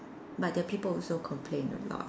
but their people also complain a lot